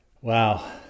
Wow